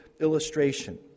illustration